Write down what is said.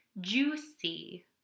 juicy